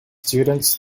students